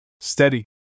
Steady